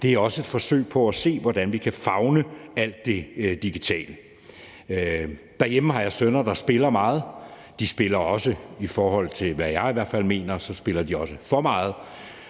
det er også et forsøg på at se, hvordan vi kan favne alt det digitale. Derhjemme har jeg sønner, der spiller meget. De spiller også, i hvert fald i forhold til hvad jeg mener, for meget, og jeg syntes bare hele